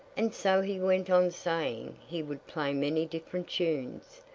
and so he went on saying he would play many different tunes,